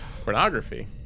Pornography